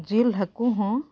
ᱡᱤᱞ ᱦᱟᱹᱠᱩ ᱦᱚᱸ